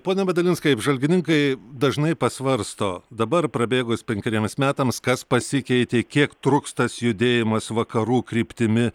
pone medalinskai apžvalgininkai dažnai pasvarsto dabar prabėgus penkeriems metams kas pasikeitė kiek truks tas judėjimas vakarų kryptimi